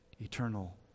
Eternal